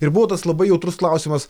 ir buvo tas labai jautrus klausimas